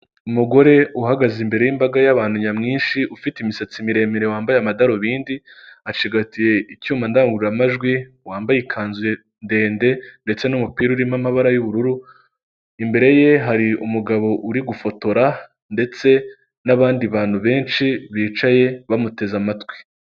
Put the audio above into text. Umugore uhagaze imbere y'imbaga y'abantu nyamwinshi ufite imisatsi miremire wambaye amadarubindi acigatiye icyuma ndangururamajwi, wambaye ikanzu ndende ndetse n'umupira urimo amabara y'ubururu, imbere ye hari umugabo uri gufotora ndetse n'abandi bantu benshi bicaye bamuteze amatwi.